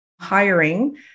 hiring